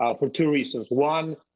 ah for two reasons. one.